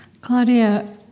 Claudia